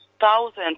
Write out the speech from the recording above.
thousands